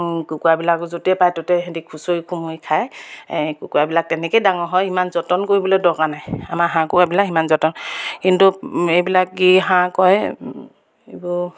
কুকুৰাবিলাকো য'তে পায় ত'তে সেতি খুচুৰি কুমৰি খায় কুকুৰাবিলাক তেনেকৈয়ে ডাঙৰ হয় ইমান যতন কৰিবলৈ দৰকাৰ নাই আমাৰ হাঁহ কুকুৰাবিলাক ইমান যতন কিন্তু এইবিলাক কি হাঁহ কয় এইবোৰ